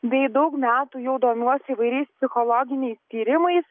bei daug metų jau domiuosi įvairiais psichologiniais tyrimais